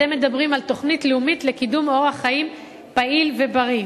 אתם מדברים על תוכנית לאומית לקידום אורח חיים פעיל ובריא.